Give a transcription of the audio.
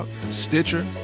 Stitcher